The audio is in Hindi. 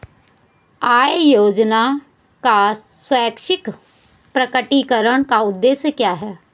आय योजना का स्वैच्छिक प्रकटीकरण का उद्देश्य क्या था?